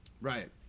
Right